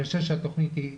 אני חושב שהתוכנית היא נהדרת.